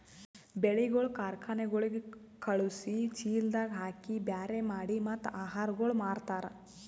ಬೆಳಿಗೊಳ್ ಕಾರ್ಖನೆಗೊಳಿಗ್ ಖಳುಸಿ, ಚೀಲದಾಗ್ ಹಾಕಿ ಬ್ಯಾರೆ ಮಾಡಿ ಮತ್ತ ಆಹಾರಗೊಳ್ ಮಾರ್ತಾರ್